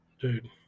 Dude